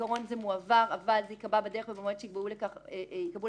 שבעיקרון זה מועבר אבל זה ייקבע בדרך ובמועד שיקבעו לכך בתקנות.